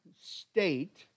state